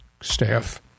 staff